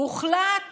הוחלט